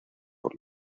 por